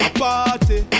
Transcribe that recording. party